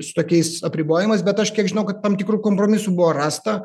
su tokiais apribojimais bet aš kiek žinau kad tam tikrų kompromisų buvo rasta